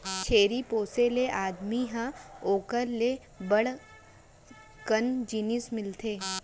छेरी पोसे ले आदमी ल ओकर ले बड़ कन जिनिस मिलथे